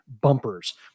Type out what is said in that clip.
bumpers